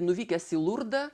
nuvykęs į lurdą